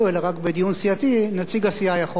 רק בדיון סיעתי נציג הסיעה יכול להתחלף.